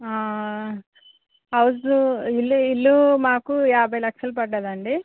హౌజ ఇల్లు ఇల్లు మాకు యాభై లక్షలు పడిందండి